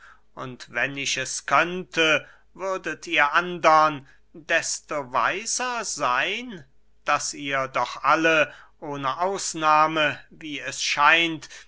und wenn ich es könnte würdet ihr andern desto weiser seyn daß ihr doch alle ohne ausnahme wie es scheint